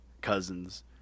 Cousins